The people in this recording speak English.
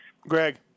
Greg